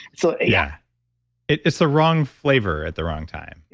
so yeah it's the wrong flavor at the wrong time,